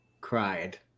cried